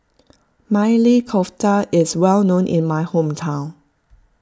Maili Kofta is well known in my hometown